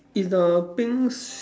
is the pink s~